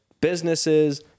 businesses